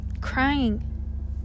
crying